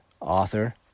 author